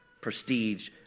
prestige